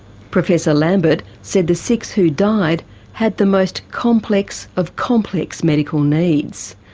professor lambert said the six who died had the most complex of complex medical needs.